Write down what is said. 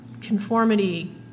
conformity